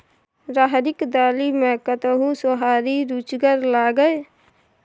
राहरिक दालि मे कतहु सोहारी रुचिगर लागय?